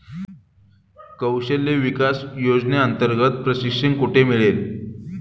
कौशल्य विकास योजनेअंतर्गत प्रशिक्षण कुठे मिळेल?